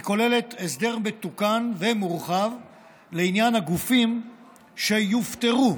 היא כוללת הסדר מתוקן ומורחב לעניין הגופים שיופטרו,